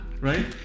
right